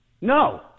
No